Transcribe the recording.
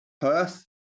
Perth